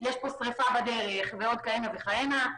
יש שריפה ועוד כהנה וכהנה.